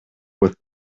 with